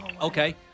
Okay